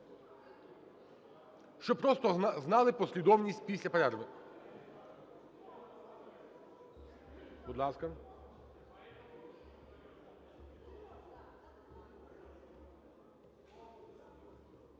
Щоб просто знали послідовність після перерви. Будь ласка.